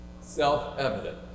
Self-evident